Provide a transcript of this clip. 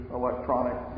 electronic